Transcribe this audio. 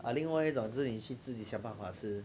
啊另外一种是你去自己想办法吃